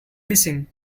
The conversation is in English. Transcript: missing